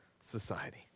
Society